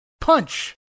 punch